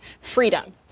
freedom